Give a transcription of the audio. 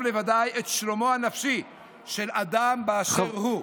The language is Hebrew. לוודאי את שלומו הנפשי של אדם באשר הוא.